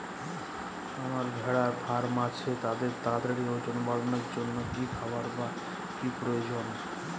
আমার ভেড়ার ফার্ম আছে তাদের তাড়াতাড়ি ওজন বাড়ানোর জন্য কী খাবার বা কী প্রয়োজন?